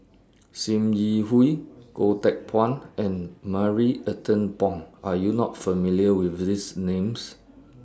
SIM Yi Hui Goh Teck Phuan and Marie Ethel Bong Are YOU not familiar with These Names